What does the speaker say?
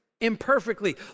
imperfectly